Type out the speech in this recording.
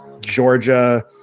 Georgia